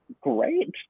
great